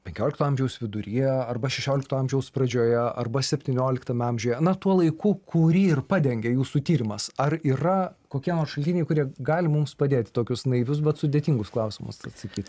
penkiolikto amžiaus viduryje arba šešiolikto amžiaus pradžioje arba septynioliktame amžiuje na tuo laiku kurį ir padengė jūsų tyrimas ar yra kokie nors šaltiniai kurie gali mums padėti tokius naivius bet sudėtingus klausimus atsakyt